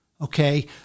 Okay